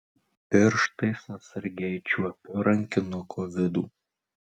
pirštais atsargiai čiuopiu rankinuko vidų